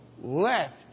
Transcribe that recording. left